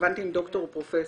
התכוונתי אם דוקטור או פרופסור.